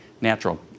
natural